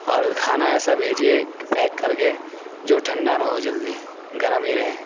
اور کھانا ایسا بھیجیے پیک کر کے جو ٹھنڈا نہ ہو جلدی گرم ہی رہے